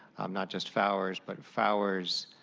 not just fower's, but fower's,